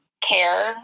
care